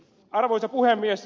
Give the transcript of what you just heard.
arvoisa puhemies